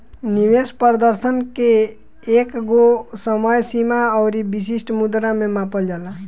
निवेश प्रदर्शन के एकगो समय सीमा अउरी विशिष्ट मुद्रा में मापल जाला